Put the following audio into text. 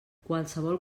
qualsevol